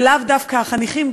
ולאו דווקא החניכים.